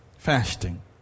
Fasting